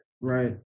Right